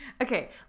Okay